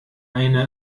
eine